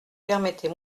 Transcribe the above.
permettez